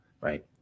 right